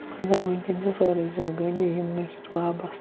مگر وٕنکیٚن چھِ سٲرٕے زندگٲنی یِمنٕے سۭتۍ وابَسطہٕ